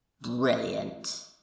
Brilliant